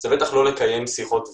זה בטח לא לקיים שיחות וידאו.